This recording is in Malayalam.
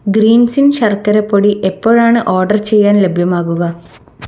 ഗ്രീൻസ് ഇൻ ശർക്കര പൊടി എപ്പോഴാണ് ഓർഡർ ചെയ്യാൻ ലഭ്യമാകുക